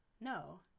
No